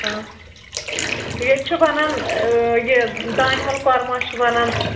آ ییٚتہِ چھُ بَنان یہِ دانِول کۄرما چھُ بَنان